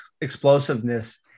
explosiveness